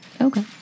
okay